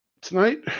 Tonight